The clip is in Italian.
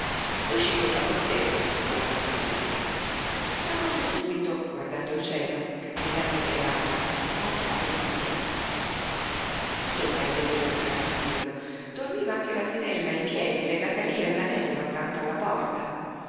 fagottello sotto la mantellina s'accorse subito guardando il cielo che quella non era alba ma chiaro di luna tutto il paesello dormiva tranquillo dormiva anche l'asinella in piedi legata lí all'anello accanto alla porta